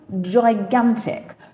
gigantic